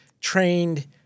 trained